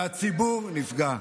והציבור נפגע.